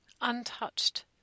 untouched